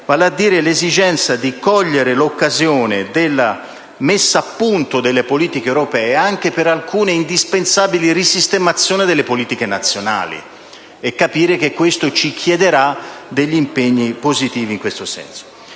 vale a dire l'esigenza di cogliere l'occasione della messa a punto delle politiche europee anche per alcune indispensabili risistemazioni delle politiche nazionali, comprendendo che ciò ci chiederà impegni positivi in questo senso.